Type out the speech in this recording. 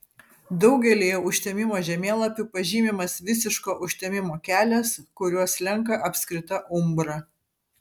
daugelyje užtemimo žemėlapių pažymimas visiško užtemimo kelias kuriuo slenka apskrita umbra